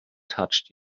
touched